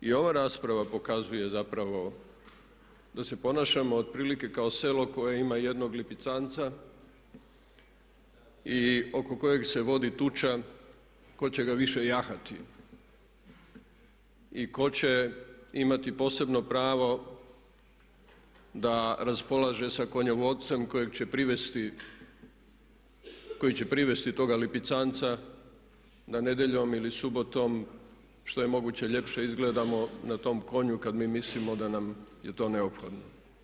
I ova rasprava pokazuje zapravo da se ponašamo otprilike kao selo koje ima jednog lipicanca i oko kojeg se vodi tuča tko će ga više jahati i tko će imati posebno pravo da raspolaže sa konjovodcem koji će privesti toga lipicanca da nedjeljom ili subotom što je moguće ljepše izgledamo na tom konju kad mi mislimo da nam je to neophodno.